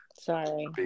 Sorry